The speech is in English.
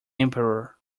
emperor